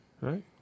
right